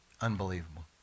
Unbelievable